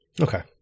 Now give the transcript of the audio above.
Okay